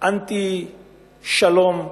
אנטי שלום,